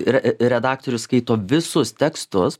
re redaktorius skaito visus tekstus